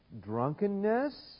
drunkenness